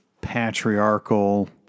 patriarchal